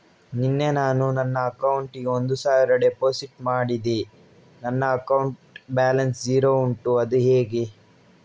ನಿನ್ನೆ ನಾನು ನನ್ನ ಅಕೌಂಟಿಗೆ ಒಂದು ಸಾವಿರ ಡೆಪೋಸಿಟ್ ಮಾಡಿದೆ ನನ್ನ ಅಕೌಂಟ್ ಬ್ಯಾಲೆನ್ಸ್ ಝೀರೋ ಉಂಟು ಅದು ಹೇಗೆ?